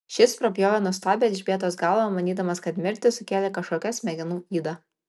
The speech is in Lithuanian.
šis prapjovė nuostabią elžbietos galvą manydamas kad mirtį sukėlė kažkokia smegenų yda